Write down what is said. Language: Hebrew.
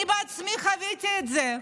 אני בעצמי חוויתי את זה.